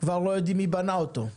כבר לא יודעים מי בנה אותו,